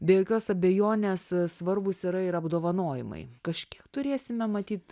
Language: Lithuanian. be jokios abejonės svarbūs yra ir apdovanojimai kažkiek turėsime matyt